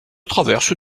traverse